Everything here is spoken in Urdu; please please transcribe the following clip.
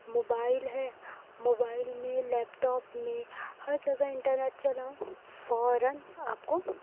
موبائل ہے موبائل میں لیپ ٹاپ میں ہر جگہ انٹرنیٹ چلاؤ فوراً آپ کو